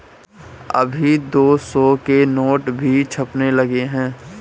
अभी दो सौ के नोट भी छपने लगे हैं